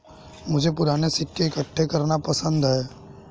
मुझे पूराने सिक्के इकट्ठे करना पसंद है